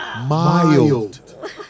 Mild